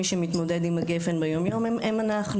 מי שמתמודד עם גפ"ן ביום-יום הם אנחנו,